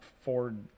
Ford